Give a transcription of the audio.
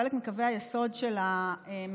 הוא חלק מקווי היסוד של הממשלה,